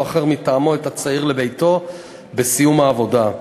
אחר מטעמו את הצעיר לביתו בסיום העבודה.